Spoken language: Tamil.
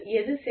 எது சரி